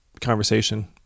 conversation